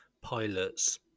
pilots